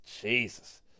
Jesus